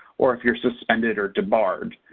or if you're suspended or debarred.